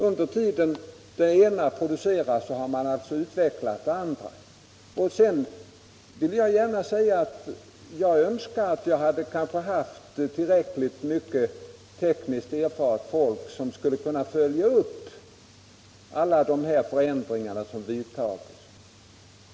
Under tiden som den ena versionen produceras har man alltså utvecklat den andra. Sedan vill jag gärna säga att jag önskar att jag hade tillräckligt mycket tekniskt erfaret folk som kunde följa upp alla de förändringar som vidtas.